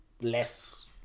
less